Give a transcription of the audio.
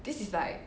this is like